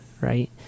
right